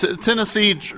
Tennessee